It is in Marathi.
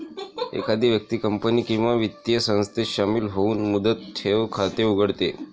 एखादी व्यक्ती कंपनी किंवा वित्तीय संस्थेत शामिल होऊन मुदत ठेव खाते उघडते